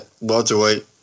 welterweight